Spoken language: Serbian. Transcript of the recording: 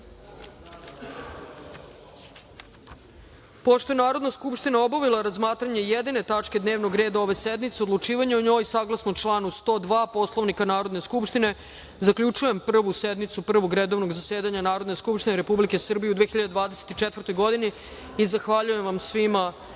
je Narodna skupština obavila razmatranje jedine tačke dnevnog reda ove sednice, odlučivanje o njoj, saglasno članu 102. Poslovnika Narodne skupštine zaključujem Prvu sednicu Prvog redovnog zasedanja Narodne skupštine Republike Srbije u 2024. godini. Zahvaljujem svima